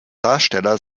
darsteller